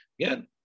again